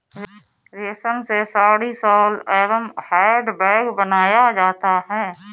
रेश्म से साड़ी, शॉल एंव हैंड बैग बनाया जाता है